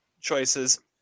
choices